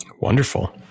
Wonderful